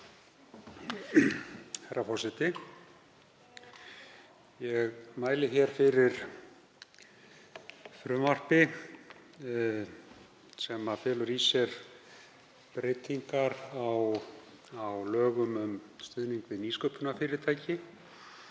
Herra forseti. Ég mæli hér fyrir frumvarpi sem felur í sér breytingar á lögum um stuðning við nýsköpunarfyrirtæki.